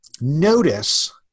notice –